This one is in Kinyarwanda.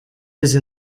izi